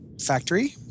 factory